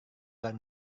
luar